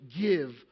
give